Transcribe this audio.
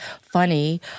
funny